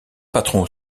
patron